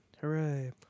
Hooray